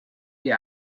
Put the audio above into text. get